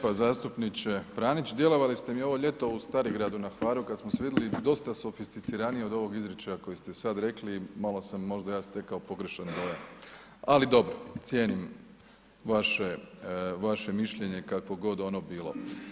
Hvala lijepa zastupniče Pranić, djelovali ste mi ovo ljeto u Starigradu na Hvaru kad smo se vidjeli dosta sofisticiranije od ovog izričaja koji ste sad rekli, malo sam ja možda stekao pogrešan dojam, ali dobro cijenim vaše mišljenje kakvo god ono bilo.